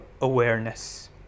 awareness